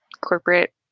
corporate